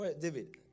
David